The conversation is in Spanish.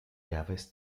llaves